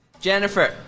Jennifer